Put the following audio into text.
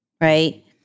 right